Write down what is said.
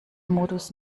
modus